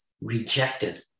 rejected